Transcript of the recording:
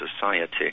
society